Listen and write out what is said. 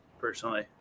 Personally